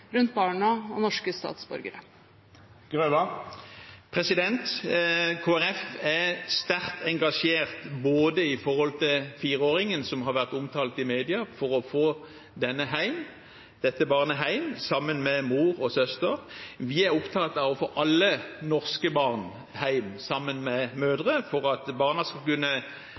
rundt barna og norske statsborgere? Kristelig Folkeparti er sterkt engasjert når det gjelder fireåringen som har vært omtalt i media, for å få dette barnet hjem, sammen med mor og søster. Vi er opptatt av å få alle norske barn hjem, sammen med mødrene, for at barna skal kunne